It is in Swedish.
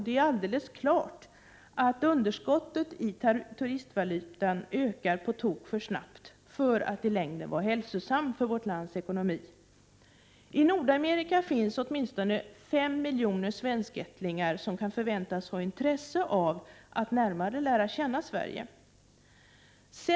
Det är helt klart att underskottet i turistvalutan ökar på tok för snabbt för att i längden vara hälsosamt för vårt lands ekonomi. I Nordamerika finns åtminstone 5 miljoner svenskättlingar som kan förväntas ha intresse av att lära känna Sverige närmare.